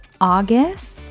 August